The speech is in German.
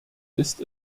ist